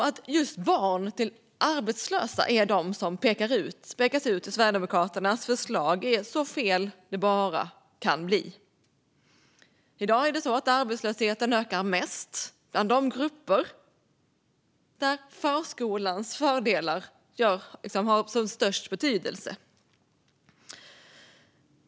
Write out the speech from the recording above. Att just barn till arbetslösa är de som pekas ut i Sverigedemokraternas förslag är så fel det bara kan bli. I dag är det så att arbetslösheten ökar mest i de grupper där förskolans fördelar har som störst betydelse.